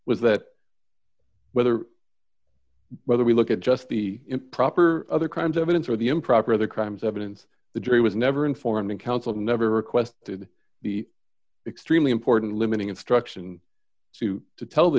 was that whether whether we look at just the improper or other crimes evidence or the improper or other crimes evidence the jury was never informed and counsel never requested the extremely important limiting instruction to tell the